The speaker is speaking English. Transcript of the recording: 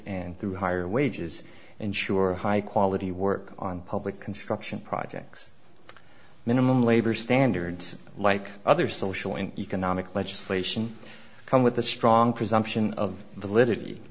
and through higher wages ensure high quality work on public construction projects minimum labor standards like other social and economic legislation come with a strong presumption of